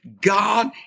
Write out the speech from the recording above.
God